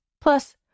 Plus